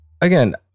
again